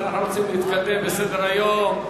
אנחנו רוצים להתקדם בסדר-היום.